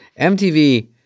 MTV